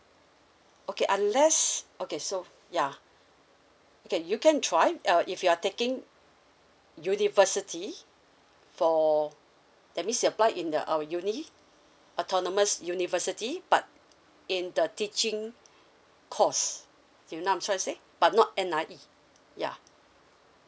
okay unless okay so yeah okay you can try uh if you are taking university for that means you apply in the uh uni autonomous university but in the teaching course you know what I'm trying to say but not N_I_E yeah